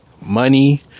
money